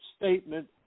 statement